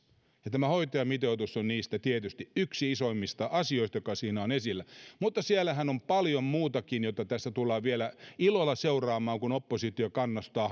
ja tämä hoitajamitoitus on tietysti yksi isoimmista asioista jotka siinä ovat esillä mutta siellähän on paljon muutakin mitä tässä tullaan vielä ilolla seuraamaan kun oppositio kannustaa